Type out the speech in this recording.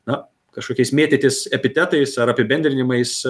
na kažkokiais mėtytis epitetais ar apibendrinimais